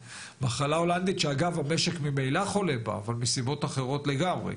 מחלה הולנדית שאגב המשק ממילא חולה בה אבל מסיבות אחרות לגמרי,